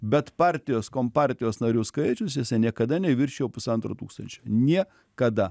bet partijos kompartijos narių skaičius jose niekada neviršijo pusantro tūkstančio niekada